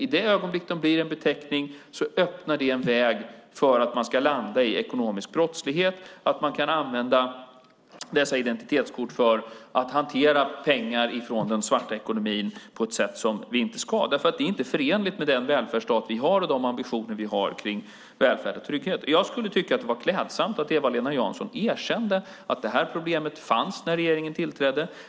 I det ögonblick de blir en beteckning öppnar det en väg för att man landar i ekonomisk brottslighet, att man använder dessa identitetskort för att hantera pengar från den svarta ekonomin på ett sätt som de inte ska hanteras. Det är inte förenligt med den välfärdsstat vi har och de ambitioner vi har kring välfärd och trygghet. Jag skulle tycka att det vore klädsamt om Eva-Lena Jansson erkände att detta problem fanns när regeringen tillträdde.